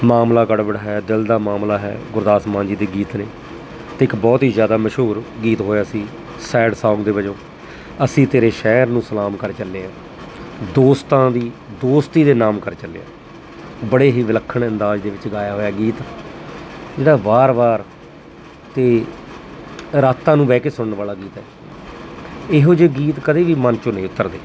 ਮਾਮਲਾ ਗੜਬੜ ਹੈ ਦਿਲ ਦਾ ਮਾਮਲਾ ਹੈ ਗੁਰਦਾਸ ਮਾਨ ਜੀ ਦੇ ਗੀਤ ਨੇ ਅਤੇ ਇੱਕ ਬਹੁਤ ਹੀ ਜ਼ਿਆਦਾ ਮਸ਼ਹੂਰ ਗੀਤ ਹੋਇਆ ਸੀ ਸੈਡ ਸੌਂਗ ਦੇ ਵਜੋਂ ਅਸੀਂ ਤੇਰੇ ਸ਼ਹਿਰ ਨੂੰ ਸਲਾਮ ਕਰ ਚੱਲੇ ਹਾਂ ਦੋਸਤਾਂ ਦੀ ਦੋਸਤੀ ਦੇ ਨਾਮ ਕਰ ਚੱਲੇ ਹਾਂ ਬੜੇ ਹੀ ਵਿਲੱਖਣ ਅੰਦਾਜ਼ ਦੇ ਵਿੱਚ ਗਾਇਆ ਹੋਇਆ ਗੀਤ ਜਿਹੜਾ ਵਾਰ ਵਾਰ ਅਤੇ ਰਾਤਾਂ ਨੂੰ ਬਹਿ ਕੇ ਸੁਣਨ ਵਾਲਾ ਗੀਤ ਹੈ ਇਹੋ ਜਿਹੇ ਗੀਤ ਕਦੇ ਵੀ ਮੰਨ 'ਚੋ ਨਹੀਂ ਉਤਰਦੇ